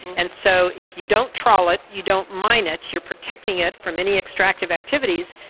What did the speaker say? and so if you don't trawl it, you don't mine it, you are protecting it from any extractive activities,